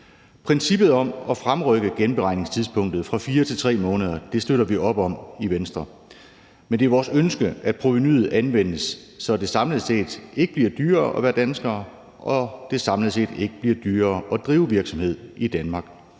Princippet om at fremrykke genberegningstidspunktet fra 4 måneder til 3 måneder støtter vi op om i Venstre, men det er vores ønske, at provenuet anvendes, så det samlet set ikke bliver dyrere at være dansker, og at det samlet set ikke bliver dyrere at drive virksomhed i Danmark.